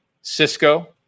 Cisco